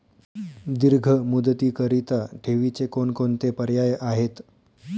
दीर्घ मुदतीकरीता ठेवीचे कोणकोणते पर्याय आहेत?